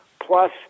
plus